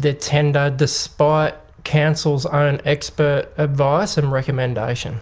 the tender despite the council's ah own expert advice and recommendation.